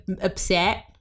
upset